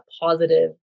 positive